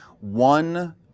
one